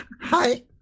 Hi